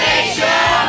Nation